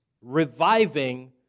reviving